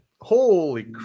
holy